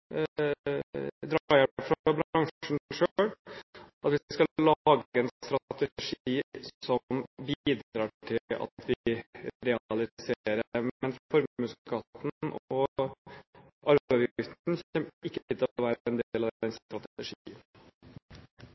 fra bransjen selv at vi skal lage en strategi som bidrar til at vi realiserer. Men formuesskatten og arveavgiften kommer ikke til å være en del av den